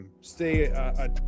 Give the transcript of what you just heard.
stay